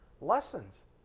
lessons